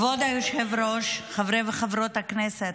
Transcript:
כבוד היושב-ראש, חברי וחברות הכנסת,